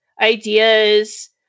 ideas